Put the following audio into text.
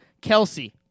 Kelsey